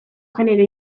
genero